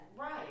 Right